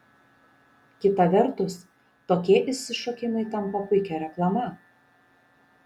kita vertus tokie išsišokimai tampa puikia reklama